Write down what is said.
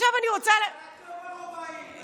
את לא ברובאית.